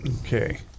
Okay